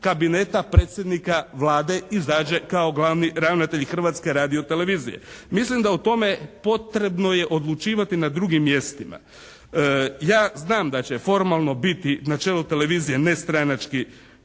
kabineta predsjednika Vlade izađe kao glavni ravnatelj Hrvatske radiotelevizije. Mislim da o tome potrebno je odlučivati na drugim mjestima. Ja znam da će formalno biti na čelu televizije nestranački